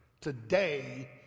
today